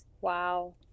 wow